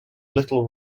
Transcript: little